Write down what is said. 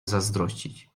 zazdrościć